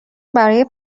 برای